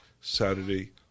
Saturday